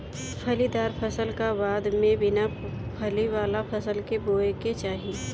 फलीदार फसल का बाद बिना फली वाला फसल के बोए के चाही